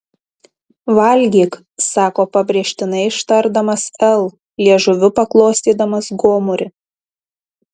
valgyk sako pabrėžtinai ištardamas l liežuviu paglostydamas gomurį